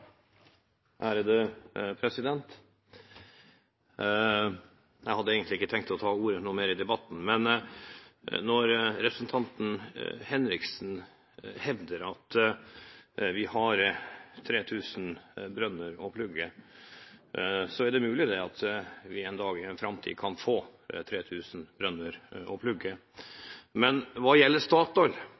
Jeg hadde egentlig ikke tenkt å ta ordet noe mer i debatten, men når representanten Henriksen hevder at vi har 3 000 brønner å plugge, så er det mulig at vi en dag i framtiden kan få 3 000 brønner å plugge. Men hva gjelder Statoil,